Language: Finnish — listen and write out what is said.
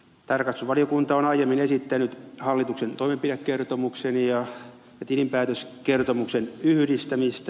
tarkastusvaliokunta on aiemmin esittänyt hallituksen toimenpidekertomuksen ja tilinpäätöskertomuksen yhdistämistä